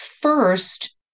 first